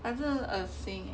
反正很恶心 leh